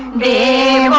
da